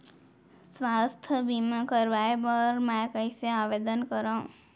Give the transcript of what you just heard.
स्वास्थ्य बीमा करवाय बर मैं कइसे आवेदन करव?